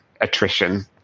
attrition